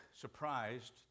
surprised